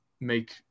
make